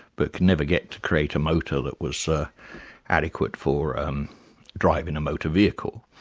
but could never get to create a motor that was adequate for um driving a motor vehicle.